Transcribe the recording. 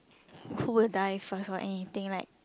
who will die first or anything like